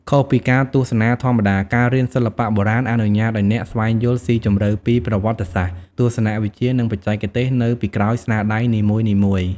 ខុសពីការទស្សនាធម្មតា ការរៀនសិល្បៈបុរាណអនុញ្ញាតឱ្យអ្នកស្វែងយល់ស៊ីជម្រៅពីប្រវត្តិសាស្ត្រ ទស្សនវិជ្ជា និងបច្ចេកទេសនៅពីក្រោយស្នាដៃនីមួយៗ។